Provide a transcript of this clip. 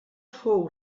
fou